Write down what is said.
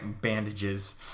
bandages